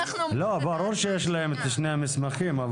ברור שיש להם את שני המסמכים.